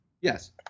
Yes